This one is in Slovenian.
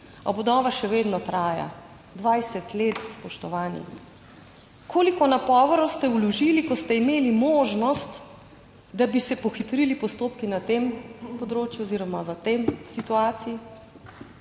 obnova še vedno traja 20 let. Spoštovani, koliko naporov ste vložili, ko ste imeli možnost, da bi se pohitrili postopki na tem področju oziroma v tej situaciji?